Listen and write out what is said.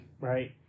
Right